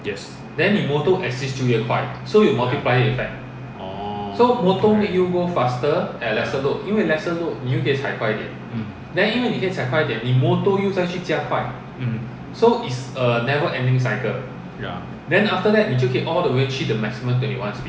yes oh correct mm mm ya